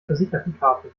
versichertenkarten